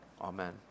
Amen